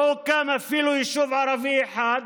לא הוקם אפילו יישוב ערבי אחד,